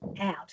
out